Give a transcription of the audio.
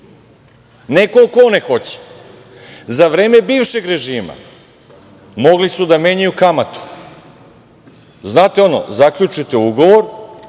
ne koliko one hoće. Za vreme bivšeg režima mogle su da menjaju kamatu. Znate ono - zaključite ugovor,